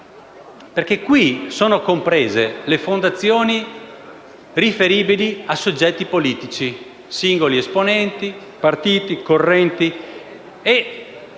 Qui sono comprese le fondazioni riferibili a soggetti politici, singoli esponenti, partiti, correnti, e